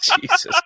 Jesus